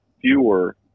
fewer